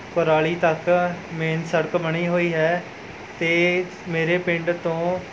ਕੁਰਾਲੀ ਤੱਕ ਮੇਨ ਸੜਕ ਬਣੀ ਹੋਈ ਹੈ ਅਤੇ ਮੇਰੇ ਪਿੰਡ ਤੋਂ